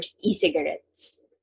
e-cigarettes